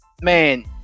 man